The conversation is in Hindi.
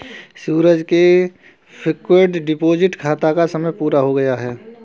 सूरज के फ़िक्स्ड डिपॉज़िट खाता का समय पूरा हो गया है